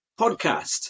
podcast